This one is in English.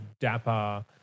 dapper